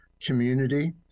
community